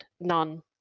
none